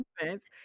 events